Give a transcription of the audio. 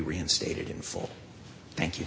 reinstated in full thank you